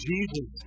Jesus